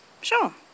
Sure